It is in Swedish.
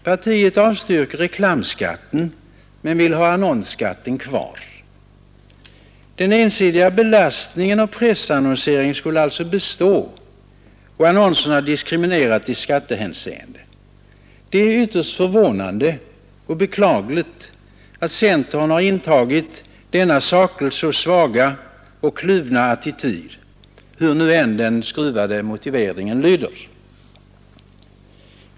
Partiet avstyrker reklamskatten men vill ha kvar annonsskatten. Den ensidiga belastningen av pressannonseringen skulle alltså bestå och annonserna diskrimineras i skattehänseende. Det är ytterst förvånande och beklagligt att centern har intagit denna sakligt så svaga och kluvna attityd, hur än den skruvade motiveringen lyder.